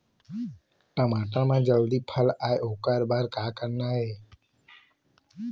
टमाटर म जल्दी फल आय ओकर बर का करना ये?